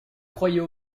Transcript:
croyais